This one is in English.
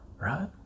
right